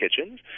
kitchens